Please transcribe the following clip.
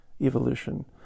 evolution